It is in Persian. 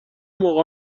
موقع